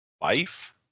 life